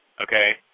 okay